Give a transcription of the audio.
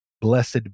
blessed